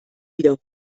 wieder